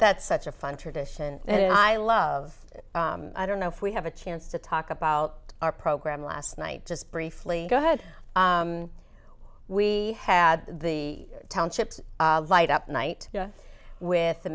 that's such a fun tradition and i love it i don't know if we have a chance to talk about our program last night just briefly go ahead we had the township light up night with